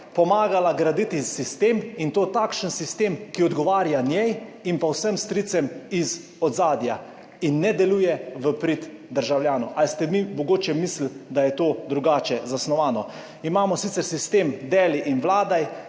pomagala graditi sistem in to takšen sistem, ki odgovarja njej in pa vsem stricem iz ozadja in ne deluje v prid državljanov. Ali ste vi mogoče mislili, da je to drugače zasnovano? Imamo sicer sistem deli in vladaj,